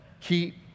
keep